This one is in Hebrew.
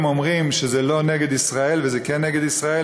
אומרים שזה לא נגד ישראל וזה כן נגד ישראל,